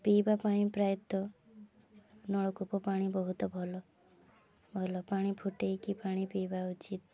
ପିଇବା ପାଇଁ ପ୍ରାୟତଃ ନଳକୂପ ପାଣି ବହୁତ ଭଲ ଭଲ ପାଣି ଫୁଟେଇକି ପାଣି ପିଇବା ଉଚିତ୍